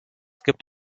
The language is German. gibt